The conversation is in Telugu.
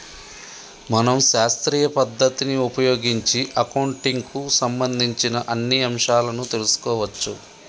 మనం శాస్త్రీయ పద్ధతిని ఉపయోగించి అకౌంటింగ్ కు సంబంధించిన అన్ని అంశాలను తెలుసుకోవచ్చు